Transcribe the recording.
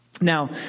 Now